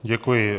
Děkuji.